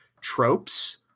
tropes